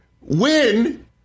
win